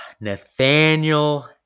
Nathaniel